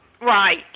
Right